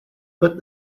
put